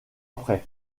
après